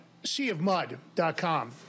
Seaofmud.com